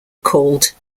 called